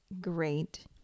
Great